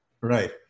Right